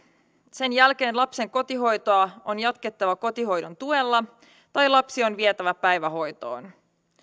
sen jälkeen lapsen kotihoitoa on jatkettava kotihoidon tuella tai lapsi on vietävä päivähoitoon